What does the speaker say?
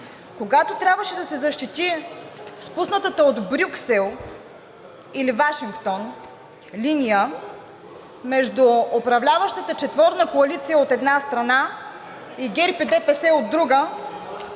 Когато трябваше да се защити спуснатата от Брюксел или Вашингтон линия между управляващата четворна коалиция, от една страна, и ГЕРБ и ДПС, от друга,